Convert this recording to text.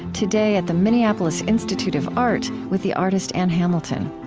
today at the minneapolis institute of art with the artist ann hamilton